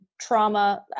trauma